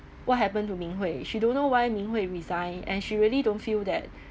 what happened to ming hui she don't know why ming hui resign and she really don't feel that